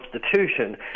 constitution